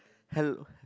hell